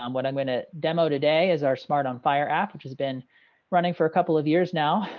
um what i'm going to demo today is our smart on fire app, which has been running for a couple of years now.